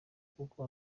kuko